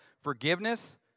Forgiveness